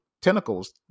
tentacles